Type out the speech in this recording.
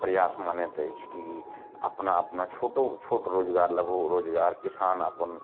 प्रयास मानैत अछि की अपना आपमे छोटो छोट रोजगार लघु रोजगार किसान अपन